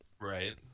Right